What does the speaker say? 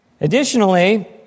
Additionally